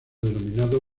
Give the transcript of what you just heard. denominado